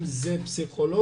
אם זה פסיכולוגים,